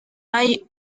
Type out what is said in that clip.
hay